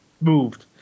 moved